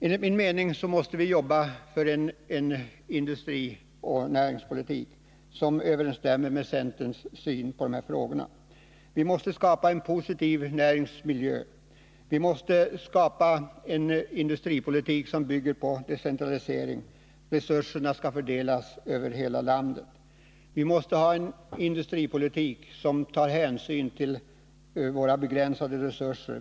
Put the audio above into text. Enligt min mening måste vi arbeta för en industrioch näringspolitik som överensstämmer med centerns syn i de här frågorna: Vi måste skapa en positiv näringsmiljö och en industripolitik som bygger på decentralisering. Resurserna skall fördelas över hela landet. Vi måste ha en industripolitik som tar hänsyn till våra begränsade resurser.